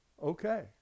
Okay